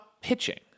pitching